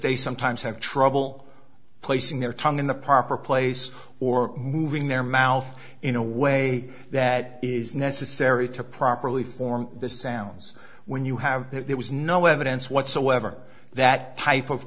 they sometimes have trouble placing their tongue in the proper place or moving their mouth in a way that is necessary to properly form the sounds when you have it there was no evidence whatsoever that type of